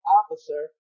officer